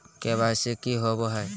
KYC की हॉबे हय?